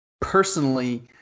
personally